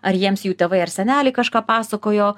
ar jiems jų tėvai ar seneliai kažką pasakojo